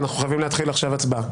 ואנחנו חייבים להתחיל עכשיו הצבעה.